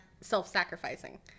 self-sacrificing